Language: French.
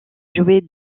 jouait